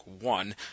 One